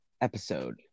episode